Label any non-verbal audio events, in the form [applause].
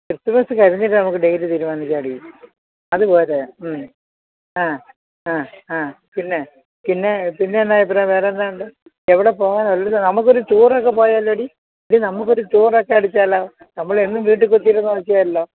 Christmas കഴിഞ്ഞിട്ട് നമുക്ക് date തീരുമാനിച്ചാൽ മതി അതുപോരെ മ് ആ ആ ആ പിന്നെ പിന്നെ പിന്നെ എന്നാ ഇപ്പം വേറെ എന്നാ ഉണ്ട് എവിടെ പോകാനാ നമുക്കൊരു ടൂറൊക്കെ പോയാലോടി എടി നമുക്കൊരു ടൂറൊക്കെ അടിച്ചാലോ നമ്മൾ എന്നും വീട്ടിൽ കുത്തിയിരുന്ന് [unintelligible]